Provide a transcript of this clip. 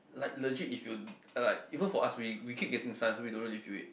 like legit if you like even for us we we keep getting suns we don't really feel it